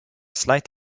slight